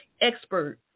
expert